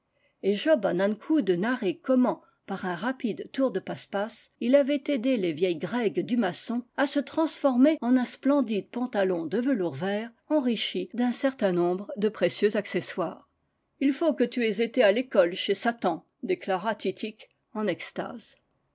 et job an ankou de narrer comment par un rapide tour de passe-passe il avait aidé les vieilles grègues du maçon à se transformer en un splendide pantalon de velours vert enrichi d'un certain nombre de précieux accessoires il faut que tu aies été à l'école chez satan déclara titik en extase